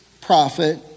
prophet